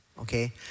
okay